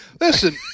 Listen